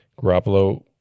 Garoppolo